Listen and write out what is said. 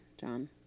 John